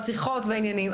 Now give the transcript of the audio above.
השיחות והעניינים.